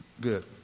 Good